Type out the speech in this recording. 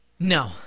No